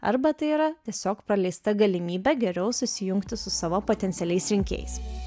arba tai yra tiesiog praleista galimybė geriau susijungti su savo potencialiais rinkėjais